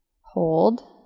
Hold